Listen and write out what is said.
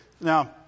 Now